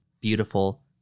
beautiful